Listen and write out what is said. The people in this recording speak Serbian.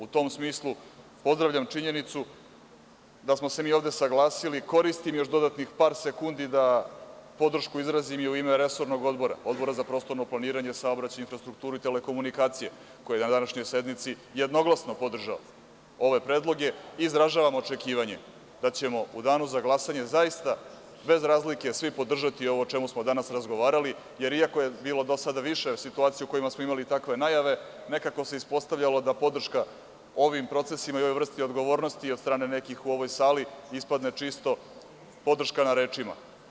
U tom smislu, pozdravljam činjenicu da smo se mi ovde saglasili i koristim dodatnih par sekundi da podršku izrazim i u ime resornog odbora, Odbora za prostorno planiranje, saobraćaja i infrastrukture i telekomunikacija, koji je na današnjoj sednici jednoglasno podržao ove predloge i izražavam očekivanja da ćemo u danu za glasanje zaista, bez razlike svi podržati ovo o čemu smo danas razgovarali, jer iako je bilo do sada više situacija, gde smo imali takve najave, nekako se ispostavilo da podrška ovim procesima i ovoj vrsti odgovornosti od strane nekih u ovoj sali, ispadne čisto podrška na rečima.